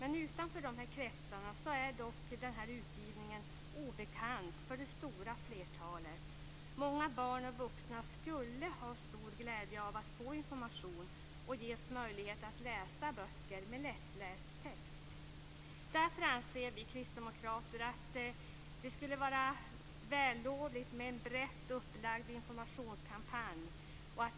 Men utanför de här kretsarna är denna utgivning obekant för det stora flertalet. Många barn och vuxna skulle ha stor glädje av att få information om det här och ges möjlighet att läsa böcker med lättläst text. Därför anser vi kristdemokrater att det skulle vara vällovligt med en brett upplagd informationskampanj.